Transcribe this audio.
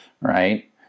right